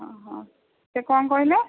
ଓ ହଁ ସେ କ'ଣ କହିଲେ